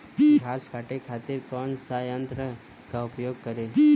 घास काटे खातिर कौन सा यंत्र का उपयोग करें?